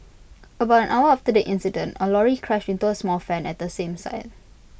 about an hour after the incident A lorry crashed into A small van at the same site